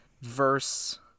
verse